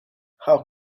how